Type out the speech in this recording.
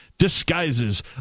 disguises